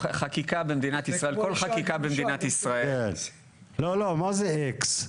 כל חקיקה במדינת ישראל --- לא, מה זה אקס?